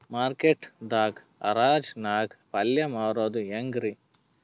Market ದಾಗ್ ಹರಾಜ್ ನಾಗ್ ಪಲ್ಯ ಮಾರುದು ಹ್ಯಾಂಗ್ ರಿ?